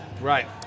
Right